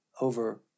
over